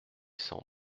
cent